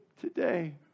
today